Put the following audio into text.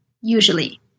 usually